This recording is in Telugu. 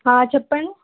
చెప్పండి